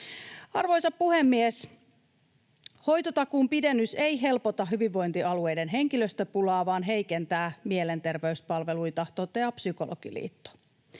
Arvoisa puhemies! ”Hoitotakuun pidennys ei helpota hyvinvointialueiden henkilöstöpulaa vaan heikentää mielenterveyspalveluita”, toteaa Psykologiliitto.